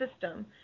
system